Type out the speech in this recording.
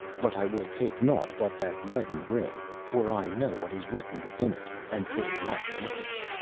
but i will take nought but that leaden ring, for i know what is written within it, and for what purpose.